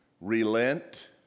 relent